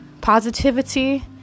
Positivity